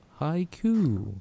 haiku